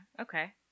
Okay